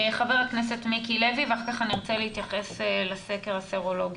חבר הכנסת מיקי לוי ואחר כך אני ארצה להתייחס לסקר הסרולוגי.